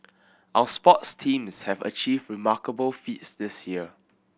our sports teams have achieved remarkable feats this year